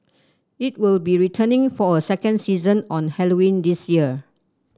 it will be returning for a second season on Halloween this year